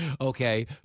okay